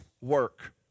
work